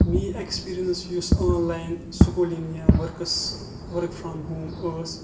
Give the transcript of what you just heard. میٲنۍ اٮ۪کسپریَنس یُس online schooling یا ؤرکٕس ؤرٕک فرام ہوم ٲسۍ